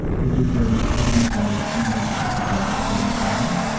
which is the evidence-based most effective way for treating phobias.